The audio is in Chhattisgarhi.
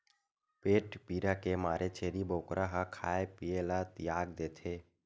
पेट पीरा के मारे छेरी बोकरा ह खाए पिए ल तियाग देथे